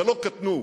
ולא קטנו.